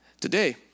Today